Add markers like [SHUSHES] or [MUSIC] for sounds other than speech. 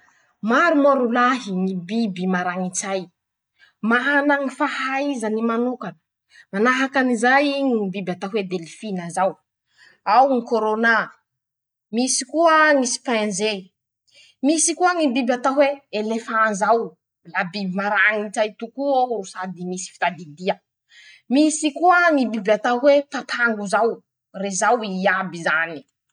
Maro moa rolahy ñy biby marañi-tsày. mana ñy fahaïzany manoka: - Manahaky anizay ñy biby atao hoe delfina zao. [SHUSHES] ao ñy kôrôna. misy koa ñy spinzé. [SHUSHES] misy koa ñy biby atao hoe elefan zao ;la biby marañi-tsày toko'eo ro sady misy fitadidia. [SHUSHES] misy koa ñy biby atao hoe papango zao. rezao iaby zany.